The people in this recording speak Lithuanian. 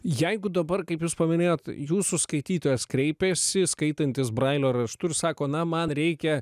jeigu dabar kaip jūs paminėjot jūsų skaitytojas kreipėsi skaitantis brailio raštu ir sako na man reikia